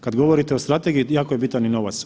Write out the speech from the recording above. Kad govorite o strategiji, jako je bitan i novac.